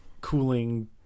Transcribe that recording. cooling